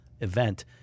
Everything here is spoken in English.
Event